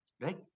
right